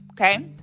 okay